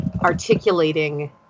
articulating